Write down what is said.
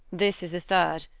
this is the third,